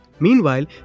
Meanwhile